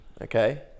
okay